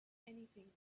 anything